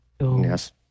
Yes